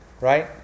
right